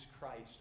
Christ